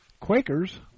Quakers